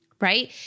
right